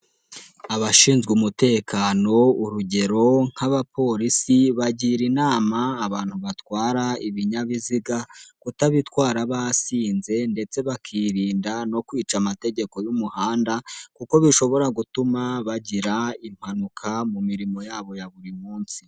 Abashinzwe umutekano urugero nk'abapolisi, bagira inama abantu batwara ibinyabiziga, kutabitwara basinze ndetse bakirinda no kwica amategeko y'umuhanda kuko bishobora gutuma bagira impanuka, mu mirimo yabo ya buri munsi.